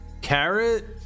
carrot